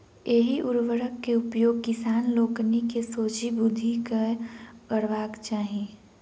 एहि उर्वरक के उपयोग किसान लोकनि के सोचि बुझि कअ करबाक चाही